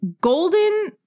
golden